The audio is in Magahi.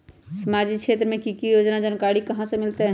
सामाजिक क्षेत्र मे कि की योजना है जानकारी कहाँ से मिलतै?